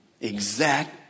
exact